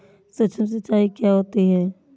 सुक्ष्म सिंचाई क्या होती है?